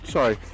Sorry